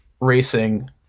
racing